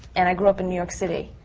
and i grew up in new york city.